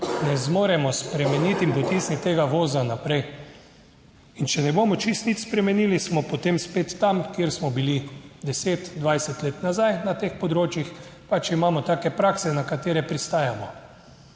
ne zmoremo spremeniti in potisniti tega voza naprej. In če ne bomo čisto nič spremenili, smo potem spet tam, kjer smo bili 10, 20 let nazaj na teh področjih. Pač imamo take prakse, na katere pristajamo.